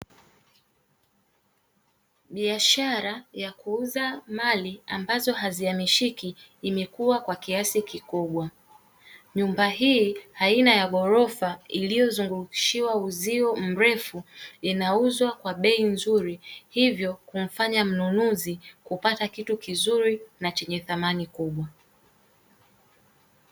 Biashara ya kuuza mali ambazo hazihamishiki imekuwa kwa kiasi kikubwa. Nyumba hii aina ya ghorofa, iliyozungushiwa uzio mrefu inauzwa kwa bei nzuri, hivyo kumfanya mnunuzi kupata kitu kizuri na chenye thamani kubwa.